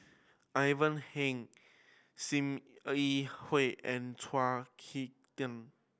Ivan Heng Sim Yi Hui and Chao Hick Tin